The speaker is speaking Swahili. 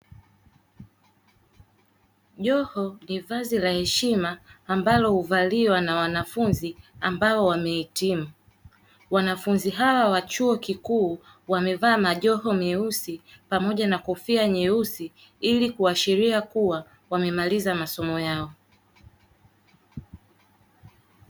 Joho ni vazi la heshima ambalo huvaliwa na wanafunzi ambao wamehitimu. Wanafunzi hawa wa chuo kikuu wamevaa majoho meusi pamoja na kofia nyeusi ili kuashiria kuwa wamemaliza masomo yao.